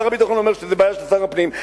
שר הביטחון אומר שזה בעיה של שר הפנים,